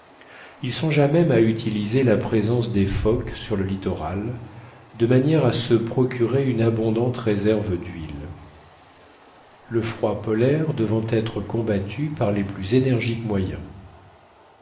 il songea même à utiliser la présence des phoques sur le littoral de manière à se procurer une abondante réserve d'huile le froid polaire devant être combattu par les plus énergiques moyens